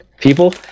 people